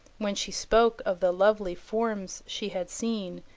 when she spoke of the lovely forms she had seen,